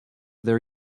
their